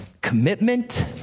commitment